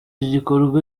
gikorwa